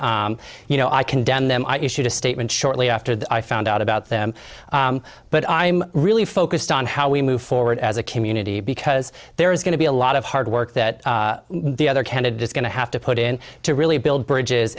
tweets you know i condemned them i issued a statement shortly after that i found out about them but i'm really focused on how we move forward as a community because there is going to be a lot of hard work that the other candidates going to have to put in to really build bridges